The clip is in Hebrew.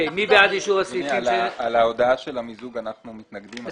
אדוני, להודעה על המיזוג אנחנו מתנגדים.